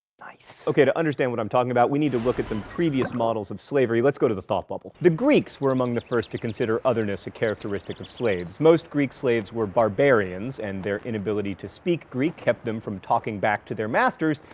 nice. now to understand what i'm talking about we need to look at some previous models of slavery. lets go to the thought bubble. the greeks were among the first to consider otherness a characteristic of slaves. most greek slaves were barbarians and their inability to speak greek kept them from talking back to their masters,